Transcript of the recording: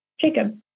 Jacob